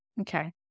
Okay